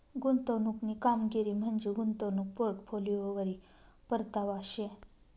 गुंतवणूकनी कामगिरी म्हंजी गुंतवणूक पोर्टफोलिओवरी परतावा शे